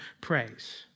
praise